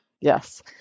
Yes